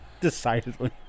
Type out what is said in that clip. Decidedly